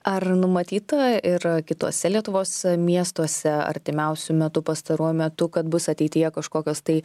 ar numatyta ir kituose lietuvos miestuose artimiausiu metu pastaruoju metu kad bus ateityje kažkokios tai